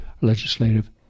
legislative